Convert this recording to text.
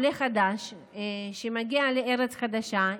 עולה חדש שמגיע לארץ חדשה,